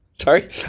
Sorry